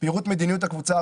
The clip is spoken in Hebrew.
ההסתייגויות לא התקבלה.